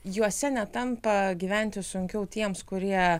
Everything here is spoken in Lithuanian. juose netampa gyventi sunkiau tiems kurie